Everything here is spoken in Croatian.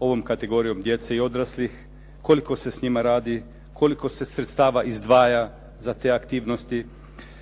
ovom kategorijom djece i odraslih, koliko se s njima radi, koliko se sredstava izdvaja za te aktivnosti,